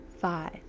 five